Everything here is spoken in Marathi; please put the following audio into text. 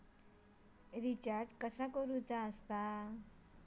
रिचार्ज कसा करायचा?